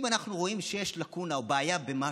אם אנחנו רואים שיש לקונה או בעיה במשהו,